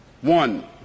One